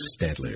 Stadler